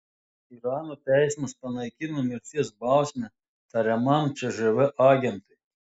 irano teismas panaikino mirties bausmę tariamam cžv agentui